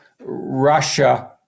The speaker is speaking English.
Russia